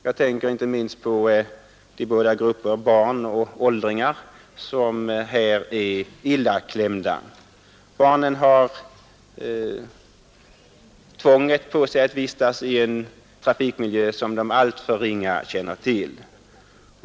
Jag tänker inte minst på de båda grupper, barn och åldringar, som här är illa klämda. Barnen är tvungna att vistas i en trafikmiljö som de alltför litet känner till.